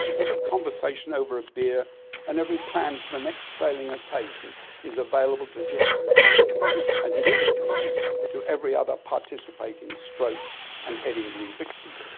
every conversation over a beer and every plan for the next sailing occasion is available to geoffrey as it is of course to every other participating stroke and head injury victim.